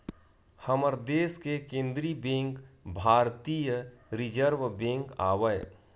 हमर देस के केंद्रीय बेंक भारतीय रिर्जव बेंक आवय